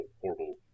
horrible